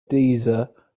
deezer